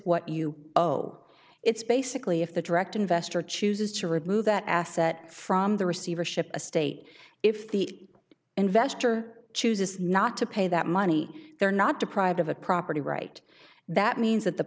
what you owe it's basically if the direct investor chooses to remove that asset from the receivership estate if the investor chooses not to pay that money they're not deprived of a property right that means that the